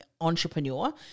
entrepreneur